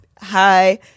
Hi